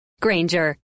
Granger